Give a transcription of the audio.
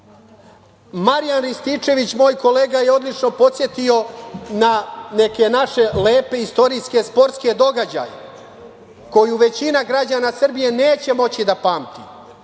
Rističević, moj kolega, je odlično podsetio na neke naše lepe istorijske sportske događaje, koju većina g rađana Srbije neće moći da pamti,